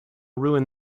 ruin